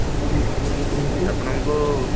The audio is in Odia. ତ ଆପଣଙ୍କୁ